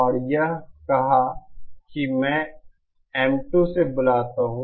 और यह कहा कि मैं M2 से बुलाता हूं